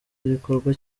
gikorwa